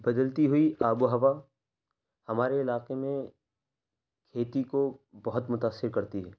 بدلتی ہوئی آب و ہوا ہمارے علاقے میں كھیتی كو بہت متأثر كرتی ہے